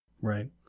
Right